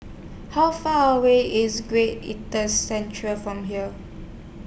How Far away IS Great Centre from here